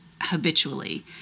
habitually